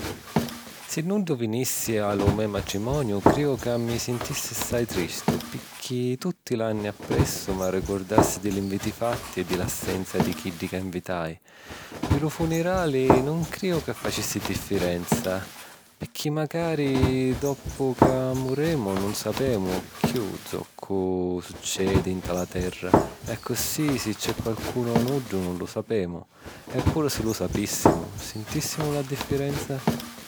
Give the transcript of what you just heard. Si nuddu vinissi a lu me matrimoniu crìu ca mi sintissi assai tristu, picchì pi tutti l’anni appressu m’arricurdassi di l’inviti fatti e di l’assenza di chiddi ca invitai. Pi lu funerali nun crìu ca facissi diffirenza, picchì macari doppu ca muremu nun sapemu chiù zoccu succedi nta la terra, e accussì si c’è qualcunu o nuddu nun lu sapemu. E puru si lu sapissimu, sintìssimu la diffirenza?